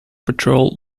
patrol